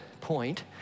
point